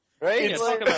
right